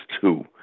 two